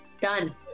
Done